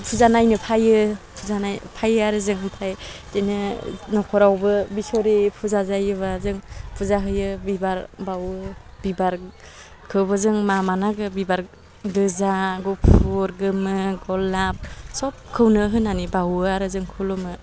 फुजा नायनो फैयो फुजा नायफैयो आरो जों ओमफ्राय बिदिनो नख'रावबो बिस'हरि फुजा जायोबा जों फुजा होयो बिबार बावो बिबारखौबो जों मा मा नांगौ बिबार गोजा गुफुर गोमो गलाब सबखौनो होनानै बावो आरो जों खुलुमो